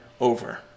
over